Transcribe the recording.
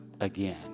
again